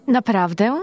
Naprawdę